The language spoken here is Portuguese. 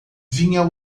vinha